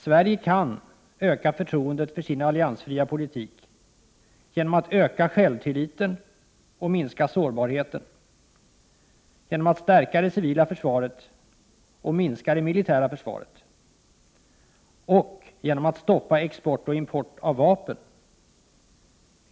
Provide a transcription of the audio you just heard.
Sverige kan öka förtroendet för sin alliansfria politik genom att öka självtilliten och minska sårbarheten, genom att stärka det civila försvaret och minska det militära försvaret samt genom att stoppa export och import av vapen.